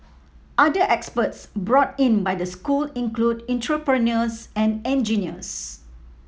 other experts brought in by the school include entrepreneurs and engineers